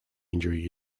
injury